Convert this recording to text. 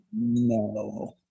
No